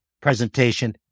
presentation